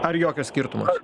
ar jokio skirtumo